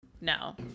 No